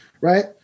right